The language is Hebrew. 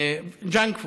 ג'אנק פוד.